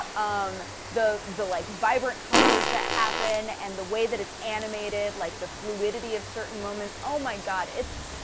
um, the. the, like, vibrant colors that happen, and the way that it's animated, like, the fluidity of certain moments. oh my god, it's.